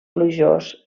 plujós